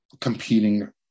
competing